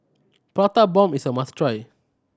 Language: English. Prata Bomb is a must try